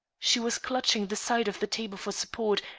she was clutching the side of the table for support,